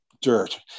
dirt